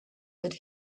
that